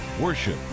worship